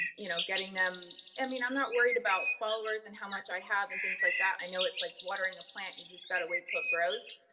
you know getting them. i mean, i'm not worried about followers and how much i have and things like that. i know it's like watering a plant, you just gotta wait till it grows,